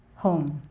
home.